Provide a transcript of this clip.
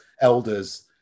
elders